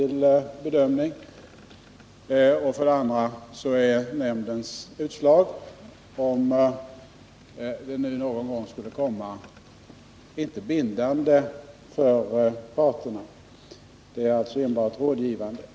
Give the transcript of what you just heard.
För det andra är nämndens utslag — om det nu någon gång skulle komma ett sådant — inte bindande för parterna utan enbart rådgivande.